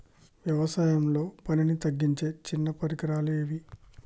వ్యవసాయంలో పనిని తగ్గించే చిన్న పరికరాలు ఏవి?